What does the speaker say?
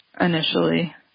initially